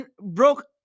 broke